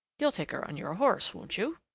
you'll take her on your horse, won't you?